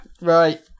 right